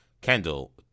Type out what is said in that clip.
Kendall